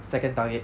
second target